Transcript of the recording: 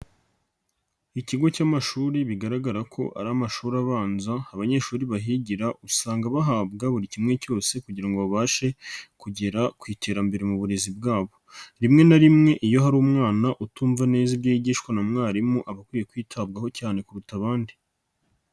Ikigo cy'amashuri bigaragara ko ari amashuri abanza, abanyeshuri bahigira usanga bahabwa buri kimwe cyose kugira ngo babashe kugera ku iterambere mu burezi bwabo, rimwe na rimwe iyo hari umwana utumva neza ibyo yigishwa na mwarimu aba akwiye kwitabwaho cyane kuruta abandi.